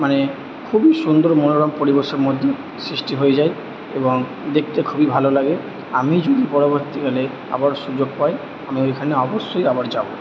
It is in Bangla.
মানে খুবই সুন্দর মনোরম পরিবেশের মধ্যে সৃষ্টি হয়ে যায় এবং দেখতে খুবই ভালো লাগে আমি যদি পরবর্তীকালে আবার সুযোগ পাই আমি এইখানে অবশ্যই আবার যাবো